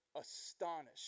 astonished